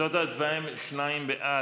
תוצאות ההצבעה הן שניים בעד.